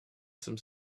some